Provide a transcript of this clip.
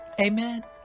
Amen